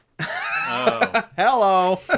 Hello